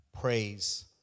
Praise